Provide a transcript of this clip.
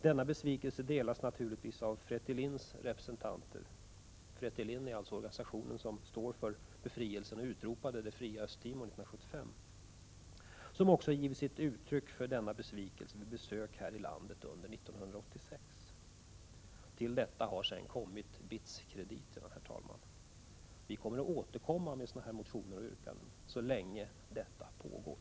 Denna besvikelse delas naturligtvis av FRETI LINS representanter som också givit uttryck för denna vid besök här i landet under försommaren 1986.” Fretilin är organisationen som står för befrielsen och som utropade det fria Östtimor 1975. Till allt detta har sedan kommit BITS-krediterna. Vi återkommer, herr talman, med motioner och yrkanden av det här slaget så länge detta pågår.